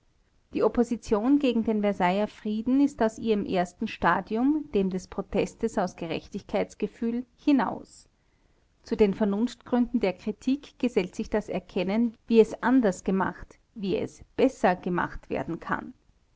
die opposition gegen den versailler frieden ist aus ihrem ersten stadium dem des protestes aus gerechtigkeitsgefühl hinaus zu den vernunftgründen der kritik gesellt sich das erkennen wie es anders gemacht wie es besser gemacht werden kann